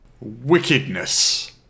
Wickedness